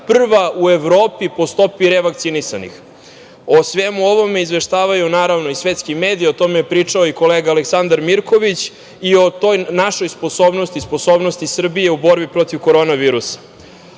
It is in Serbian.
prva u Evropi po stopi revakcinisanih.O svemu ovome izveštavaju naravno i svetski mediji, o tome je pričao i kolega Aleksandar Mirković i o toj našoj sposobnosti, sposobnosti Srbije u borbi protiv korona virusa.